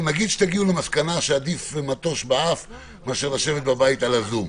שתגיעו למסקנה שעדיף מטוש באף מאשר לשבת בבית על הזום.